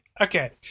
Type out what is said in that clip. okay